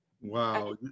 Wow